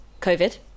COVID